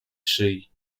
szyi